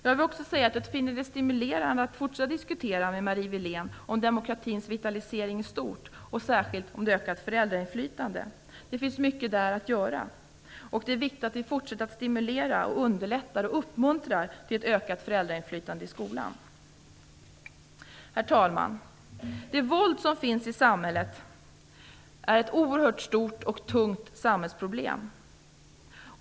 Jag finner det stimulerande att fortsätta att diskutera med Marie Wilén om demokratins vitalisering i stort och särskilt om det ökade föräldrainflytandet. Det finns mycket att göra på den punkten, och det är viktigt att vi fortsätter att stimulera, underlätta för och uppmuntra ett ökat föräldrainflytande i skolan. Herr talman! Det våld som finns i samhället är ett oerhört stort och tungt samhällsproblem.